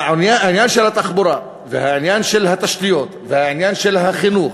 העניין של התחבורה והעניין של התשתיות והעניין של החינוך